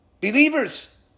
Believers